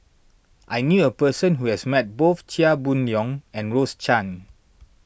I knew a person who has met both Chia Boon Leong and Rose Chan